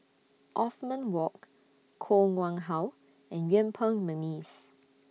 Othman Wok Koh Nguang How and Yuen Peng Mcneice